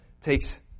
takes